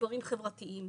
ומשברים חברתיים.